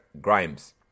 Grimes